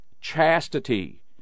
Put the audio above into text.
chastity